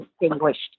distinguished